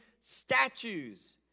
statues